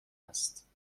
است